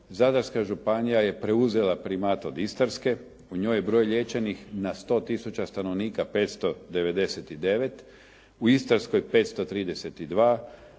Zadarska županija je preuzela primat od Istarske, u njoj je broj liječenih na 100 tisuća stanovnika 599, u Istarskoj 532,